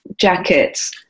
jackets